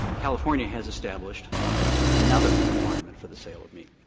california has established ah another requirement for the sale of meat.